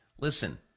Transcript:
Listen